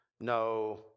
no